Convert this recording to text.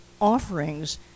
offerings